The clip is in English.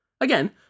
Again